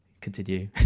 continue